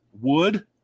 wood